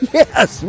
yes